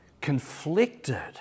conflicted